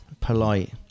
polite